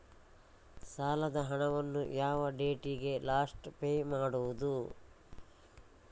ಸಾಲದ ಹಣವನ್ನು ಯಾವ ಡೇಟಿಗೆ ಲಾಸ್ಟ್ ಪೇ ಮಾಡುವುದು?